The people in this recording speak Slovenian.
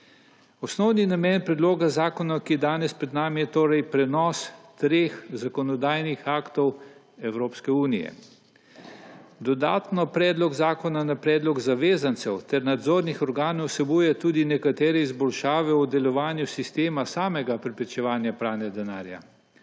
Osnovni namen predloga zakona, ki je danes pred nami, je torej prenos treh zakonodajnih aktov Evropske unije. Dodatno predlog zakona na predlog zavezancev ter nadzornih organov vsebuje tudi nekatere izboljšave v delovanju sistema samega preprečevanja pranja denarja,